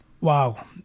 Wow